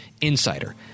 insider